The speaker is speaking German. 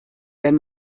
wenn